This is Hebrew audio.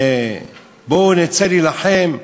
ו"בואו נצא להילחם",